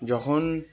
আর যখন